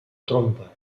trompa